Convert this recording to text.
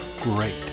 great